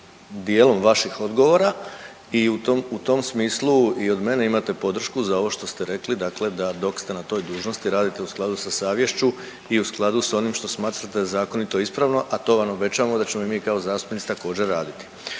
dijelom vaših odgovora i u tom, u tom smislu i od mene imate podršku za ovo što se rekli dakle da dok ste na toj dužnosti radite u skladu sa savješću i u skladu s onim što smatrate da je zakonito i ispravno, a to vam obećavamo da ćemo i mi kao zastupnici također raditi.